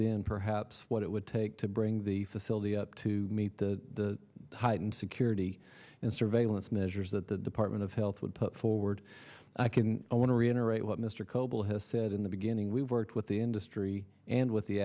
than perhaps what it would take to bring the facility up to meet the heightened security and surveillance measures that the department of health would put forward i can only reiterate what mr coble has said in the beginning we worked with the industry and with the